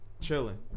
Chilling